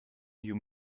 you